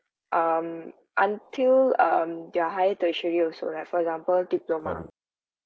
um until um their higher tertiary also right for example diploma